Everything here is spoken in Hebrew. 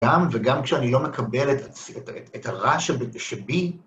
גם וגם כשאני לא מקבל את הרע שבי,